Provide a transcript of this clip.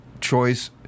choice